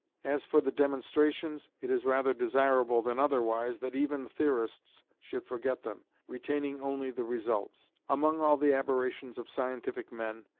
as for the demonstrations, it is rather desirable than otherwise that even theorists should forget them, retaining only the results. among all the aberrations of scientific men,